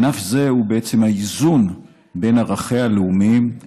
ענף זה הוא בעצם האיזון בין ערכיה הלאומיים,